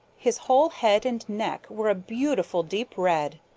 his whole head and neck were a beautiful, deep red.